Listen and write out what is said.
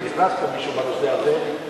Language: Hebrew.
פה מישהו בנושא הזה,